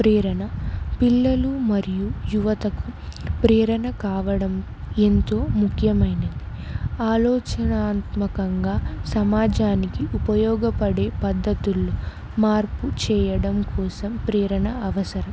ప్రేరణ పిల్లలు మరియు యువతకు ప్రేరణ కావడం ఎంతో ముఖ్యమైనది ఆలోచనాత్మకంగా సమాజానికి ఉపయోగపడే పద్ధతుల్లో మార్పు చేయడం కోసం ప్రేరణ అవసరం